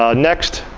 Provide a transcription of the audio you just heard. um next,